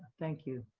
thank you.